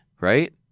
right